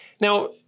Now